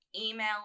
email